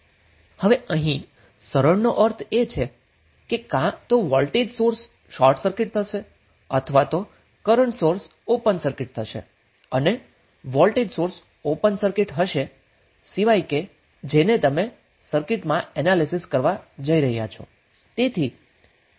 હવે અહીં સરળનો અર્થ એ છે કે કાં તો વોલ્ટેજ સોર્સ શોર્ટ સર્કિટ થશે અથવા તો કરન્ટ સોર્સ ઓપન સર્કિટ થશે અને વોલ્ટેજ સોર્સ ઓપન સર્કિટ હશે સિવાય કે જેને તમે તે સર્કિટમાં એનાલીસીસ કરવા જઈ રહ્યા છો